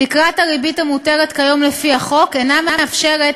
תקרת הריבית המותרת כיום לפי החוק אינה מאפשרת